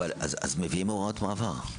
אז מביאים הוראת מעבר.